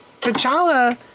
T'Challa